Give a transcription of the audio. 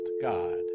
God